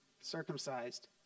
circumcised